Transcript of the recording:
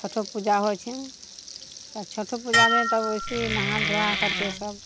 छठो पूजा होइ छै छठो पूजामे तब वैसे ही नहा धुआ करके सभ